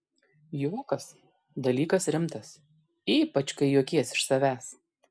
juokas dalykas rimtas ypač kai juokies iš savęs